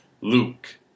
Luke